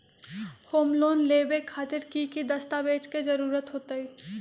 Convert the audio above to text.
Home loan लेबे खातिर की की दस्तावेज के जरूरत होतई?